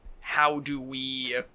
how-do-we